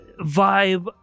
vibe